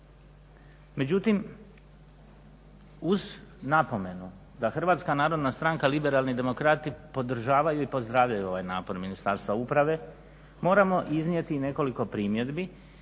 međutim uz napomenu da HNS-a Liberalni demokrati podržavaju i pozdravljaju ovaj napor Ministarstva uprave, moramo iznijeti nekoliko primjedbi